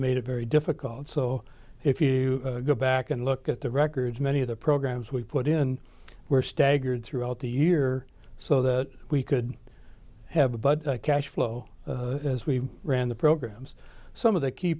made it very difficult so if you go back and look at the records many of the programs we put in were staggered throughout the year so that we could have a but cash flow as we ran the programs some of the key